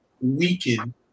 weaken